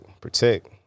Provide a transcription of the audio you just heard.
protect